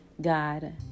God